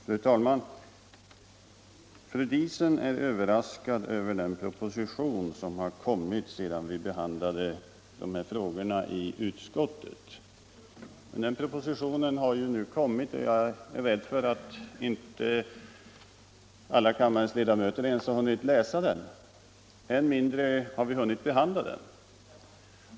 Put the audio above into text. Fru talman! Fru Diesen är överraskad över den proposition som har kommit sedan vi behandlade dessa frågor i utskottet. Även om den nu har framlagts, är jag rädd för att kanske inte alla kammarens ledamöter ens har hunnit läsa den. Än mindre har vi hunnit behandla den.